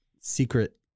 secret